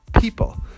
people